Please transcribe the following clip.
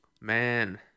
man